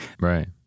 Right